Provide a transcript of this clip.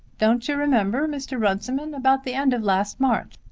don't you remember, mr. runciman, about the end of last march?